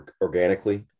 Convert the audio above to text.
organically